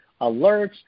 alerts